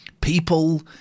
people